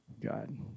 God